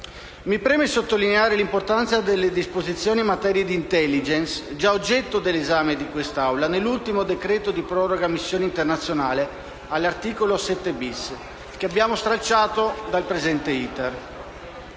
Mi preme sottolineare l'importanza delle disposizioni in materia di *intelligence*, già oggetto dell'esame di quest'Aula nell'ultimo decreto di proroga delle missioni internazionali (articolo 7-*bis*), che abbiamo stralciato dal presente